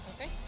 Okay